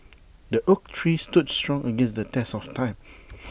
the oak tree stood strong against the test of time